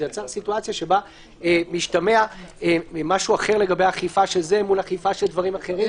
יצר מצב שבו משתמע משהו אחר לגבי אכיפה של זה מול אכיפה של דברים אחרים,